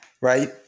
right